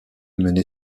mener